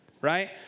right